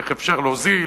איך אפשר להוזיל,